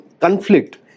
conflict